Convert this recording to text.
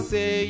Say